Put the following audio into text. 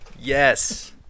Yes